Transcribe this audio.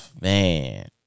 man